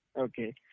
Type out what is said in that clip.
Okay